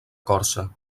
corsa